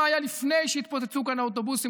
אני נזכר מה היה לפני שהתפוצצו כאן האוטובוסים,